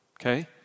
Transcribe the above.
okay